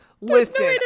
listen